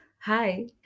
Hi